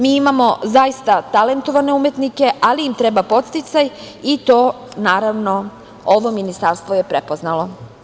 Mi imamo zaista talentovane umetnike, ali im treba podsticaj i to je naravno ovo ministarstvo prepoznalo.